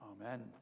Amen